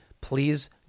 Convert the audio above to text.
please